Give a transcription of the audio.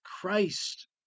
Christ